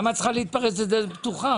למה את צריכה להתפרץ לדלת פתוחה,